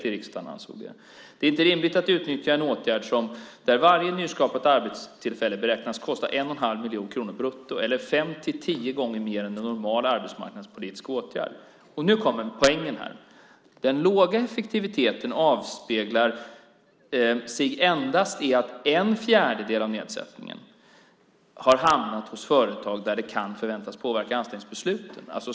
Enligt Riksdagens revisorer är det inte rimligt att utnyttja en åtgärd där varje nyskapat arbetstillfälle beräknas kosta 1 1⁄2 miljon kronor brutto eller fem till tio gånger mer än en normal arbetsmarknadspolitisk åtgärd. Och nu kommer poängen. De säger: Den låga effektiviteten avspeglar sig i att endast en fjärdedel av nedsättningen har hamnat hos företag där den kan förväntas påverka anställningsbesluten.